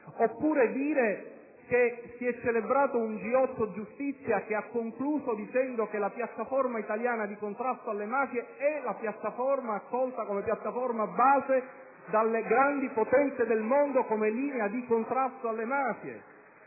giustizia, o che si è celebrato un G8 Giustizia, che ha concluso affermando che la piattaforma italiana di contrasto alle mafie è quella accolta come base dalle grandi potenze del mondo come linea di contrasto alle mafie.